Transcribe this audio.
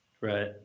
right